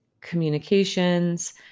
communications